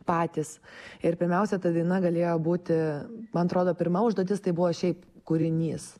patys ir pirmiausia ta daina galėjo būti man atrodo pirma užduotis tai buvo šiaip kūrinys